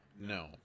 no